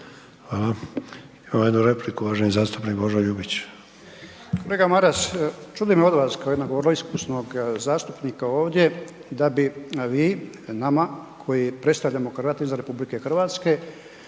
Hvala. Imamo jednu repliku, uvaženi zastupnik Božo Ljubić. **Ljubić, Božo (HDZ)** Kolega Maras čudi me od vas kao jednog vrlo iskusnog zastupnika ovdje da bi vi nama koji predstavljamo Hrvate izvan RH,